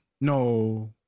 No